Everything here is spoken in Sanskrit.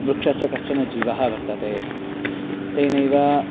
वृक्षस्य कश्चन जीवः वर्तते तेनैव